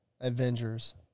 Avengers